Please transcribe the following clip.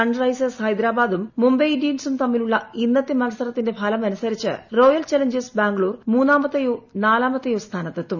sun Risers ഹൈദരാബാദും മുംബൈ ഇന്ത്യൻസും തമ്മിലുള്ള ഇന്നത്തെ മത്സരത്തിന്റെ ഫലം അനുസരിച്ച് റോയൽ ചലഞ്ചേഴ്സ് ബാംഗ്ലൂർ മൂന്നാമത്തെയോ നാലാമത്തെയോ സ്ഥാനത്തെത്തും